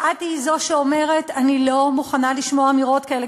שאת תהיי זו שאומרת: אני לא מוכנה לשמוע אמירות כאלה,